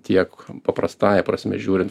tiek paprastąja prasme žiūrint